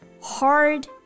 Hard